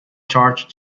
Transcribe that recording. charge